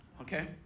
Okay